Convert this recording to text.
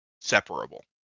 separable